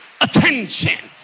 attention